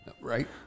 right